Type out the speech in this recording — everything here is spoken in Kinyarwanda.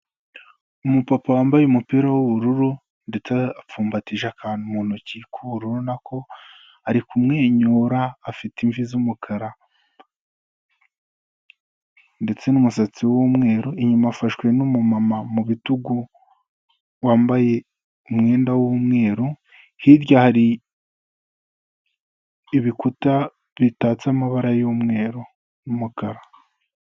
Umupapa wambaye umupira w'ubururu ndetse apfumbatije akantu mu ntoki k'ubururu na ko, ari kumwenyura afite imvi z'umukara, ndetse n'umusatsi w'umweru, inyuma afashwe n'umumama mu bitugu wambaye umwenda w'umweru, hirya hari ibikuta bitatse amabara y'umweru n'umukara.